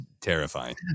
terrifying